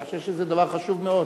אני חושב שזה דבר חשוב מאוד,